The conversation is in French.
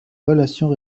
relations